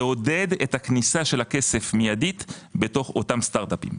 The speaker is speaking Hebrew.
לעודד את כניסת הכסף מיידית בתוך אותם סטארט אפים.